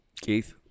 Keith